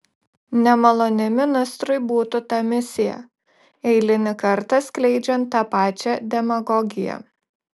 nemaloni ministrui būtų ta misija eilinį kartą skleidžiant tą pačią demagogiją